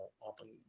often